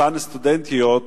אותן סטודנטיות,